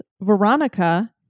Veronica